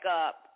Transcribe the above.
up